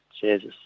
Jesus